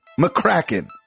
McCracken